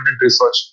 research